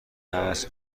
است